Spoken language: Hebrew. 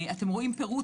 אתם רואים פירוט,